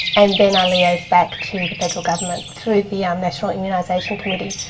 and then i liaise back to the federal government through the um national immunisation committee.